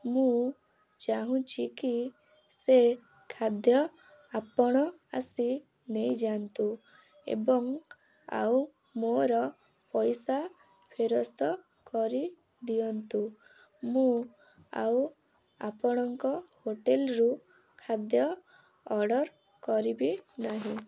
ମୁଁ ଚାଁହୁଛି କି ସେ ଖାଦ୍ୟ ଆପଣ ଆସି ନେଇ ଯାଆନ୍ତୁ ଏବଂ ଆଉ ମୋର ପଇସା ଫେରସ୍ତ କରି ଦିଅନ୍ତୁ ମୁଁ ଆଉ ଆପଣଙ୍କ ହୋଟେଲ୍ରୁ ଖାଦ୍ୟ ଅର୍ଡ଼ର୍ କରିବି ନାହିଁ